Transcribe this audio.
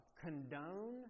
condone